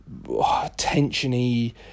tensiony